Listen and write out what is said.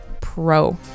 Pro